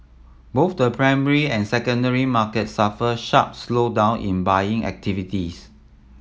both the primary and secondary markets suffered sharp slowdown in buying activities